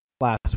last